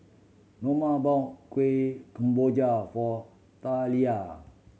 Noma bought Kuih Kemboja for Talia